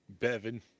Bevin